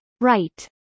Right